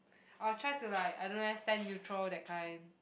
I'll try to like I don't know eh stand neutral that kind